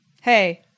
Hey